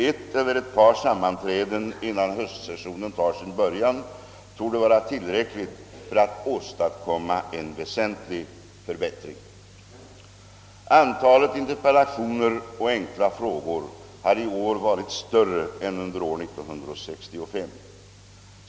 Ett eller ett par sammanträden innan höstsessionen tar sin början torde vara tillräckligt för att åstadkomma en väsentlig förbättring. Antalet interpellationer och enkla frågor har i år varit större än under år 1965.